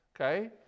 Okay